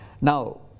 Now